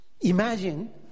Imagine